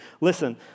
Listen